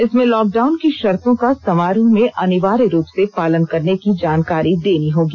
इसमें लॉकडाउन की शर्तो का समारोह में अनिवार्य रूप से पालन करने की जानकारी देनी होगी